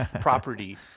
property